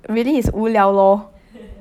really is 无聊 lor